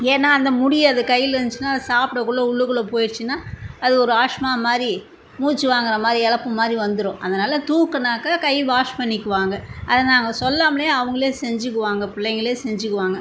ஏன்னா அந்த முடி அது கையில் இருந்துச்சின்னா அது சாப்பிடக்குள்ள உள்ளுக்குள்ள போயிடுச்சின்னா அது ஒரு ஆஸ்மாமாதிரி மூச்சி வாங்குறமாரி எரப்புமாதிரி வந்துரும் அதனால் தூக்குனாக்கா கை வாஷ் பண்ணிக்குவாங்க அதை நாங்கள் சொல்லாமலே அவங்களே செஞ்சிக்குவாங்க பிள்ளைங்களே செஞ்சிக்குவாங்க